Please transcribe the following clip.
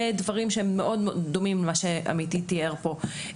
דברים שהם מאוד דומים למה שעמיתי תיאר פה,